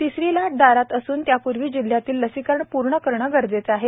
तिसरी लाट दारात असून त्यापूर्वी जिल्ह्यातील लसीकरण पूर्ण करणे गरजेचे आहे